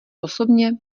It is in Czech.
osobně